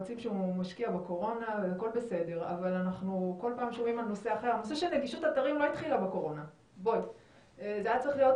הדובר הקודם לגבי לימודי תכנות והצורך להציף את